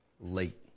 late